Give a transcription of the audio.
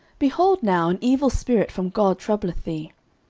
behold now, an evil spirit from god troubleth thee.